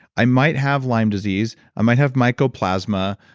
i might have lyme disease. i might have mycoplasma.